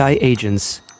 agents